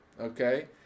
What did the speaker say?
Okay